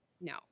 no